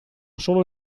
solo